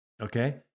Okay